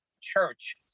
church